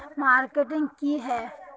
Marketing की है?